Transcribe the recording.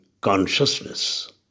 consciousness